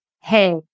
Hey